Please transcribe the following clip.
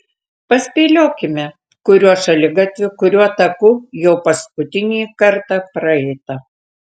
paspėliokime kuriuo šaligatviu kuriuo taku jo paskutinį kartą praeita